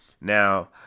Now